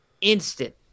instant